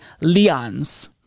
Leon's